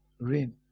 Rain